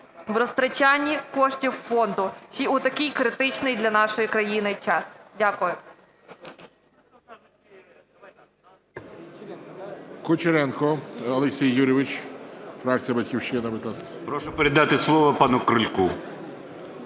в розтрачанні коштів фонду у такий критичний для нашої країни час. Дякую.